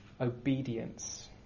obedience